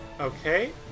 Okay